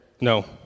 no